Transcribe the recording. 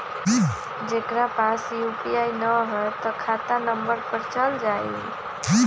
जेकरा पास यू.पी.आई न है त खाता नं पर चल जाह ई?